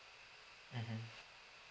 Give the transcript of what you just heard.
mmhmm